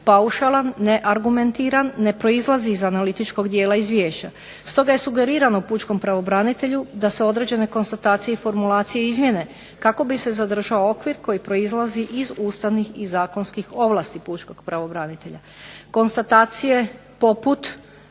paušalan, neargumentiran, ne izlazi iz analitičkog dijela izvješća. Stoga je sugerirano pučkom pravobranitelju da se određene konstatacije i formulacije izmijene kako bi se zadržao okvir koji proizlazi iz ustavnih i zakonskih ovlasti Pučkog pravobranitelja.